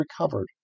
recovered